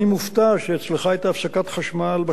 אני מופתע שאצלך בשכונה היתה הפסקת חשמל.